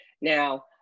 Now